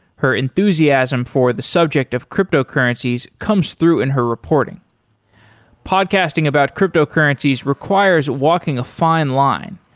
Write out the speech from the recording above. her enthusiasm for the subject of cryptocurrencies comes through in her reporting podcasting about cryptocurrencies requires walking a fine line.